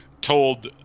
told